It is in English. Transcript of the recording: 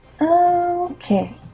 Okay